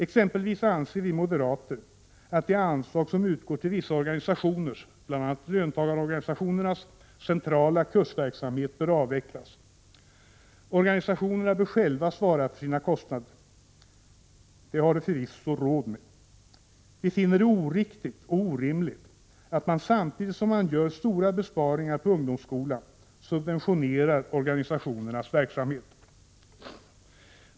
Exempelvis anser vi moderater att det anslag som utgår till vissa organisationers, bl.a. löntagarorganisationernas, centrala kursverksamhet bör avvecklas. Organisationerna bör själva svara för sina kostnader. Det har de förvisso råd med. Vi finner det oriktigt och orimligt att man, samtidigt som man gör stora besparingar på ungdomsskolan, subventionerar organisationernas verksamhet.